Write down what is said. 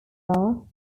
level